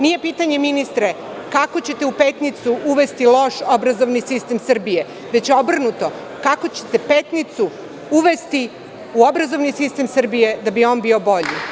Nije pitanje, ministre, kako ćete u Petnicu uvesti loš obrazovni sistem Srbije, već obrnuto – kako ćete Petnicu uvesti u obrazovni sistem Srbije da bi on bio bolji?